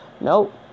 nope